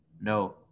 no